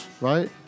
right